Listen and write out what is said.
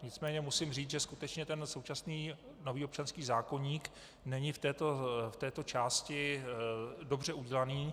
Nicméně musím říct, že skutečně ten současný nový občanský zákoník není v této části dobře udělaný.